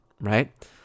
right